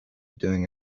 doing